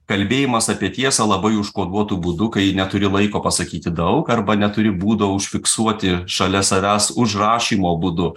kalbėjimas apie tiesą labai užkoduotu būdu kai neturi laiko pasakyti daug arba neturi būdo užfiksuoti šalia savęs užrašymo būdu